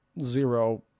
zero